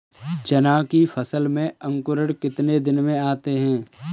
चना की फसल में अंकुरण कितने दिन में आते हैं?